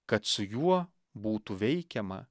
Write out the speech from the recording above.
kad su juo būtų veikiama